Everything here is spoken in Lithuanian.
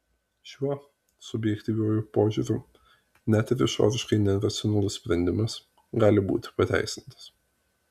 šiuo subjektyviuoju požiūriu net ir išoriškai neracionalus sprendimas gali būti pateisintas